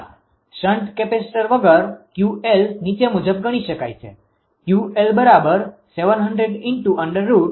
shunt capacitor વગર 𝑄𝑙 નીચે મુજબ ગણી શકાય છે